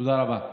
תודה רבה.